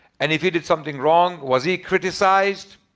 and if he did something wrong, was he criticized?